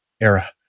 Era